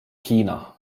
hiina